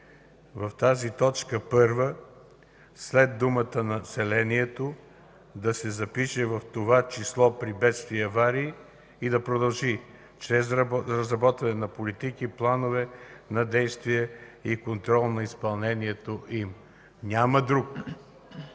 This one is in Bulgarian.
в тази точка първа – след думата „населението”, да се запише „в това число при бедствия и аварии” и да продължи „чрез разработване на политики, планове на действие и контрол на изпълнението им”. Няма друг